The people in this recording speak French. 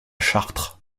chartres